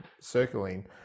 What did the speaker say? circling